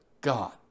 God